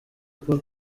paul